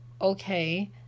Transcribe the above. okay